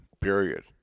period